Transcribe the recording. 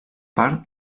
part